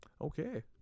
okay